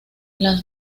las